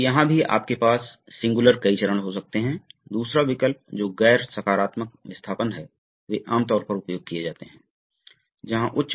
keywords cylinder प्रवाह नियंत्रण valve pilot दबाव दबाव अंतर लूप फीडबैक नियंत्रण सर्वो वाल्व